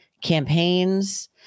campaigns